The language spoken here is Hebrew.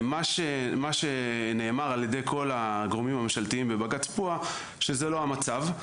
מה שנאמר על ידי כל הגורמים הממשלתיים בבג"ץ פואה שזה לא המצב,